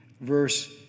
verse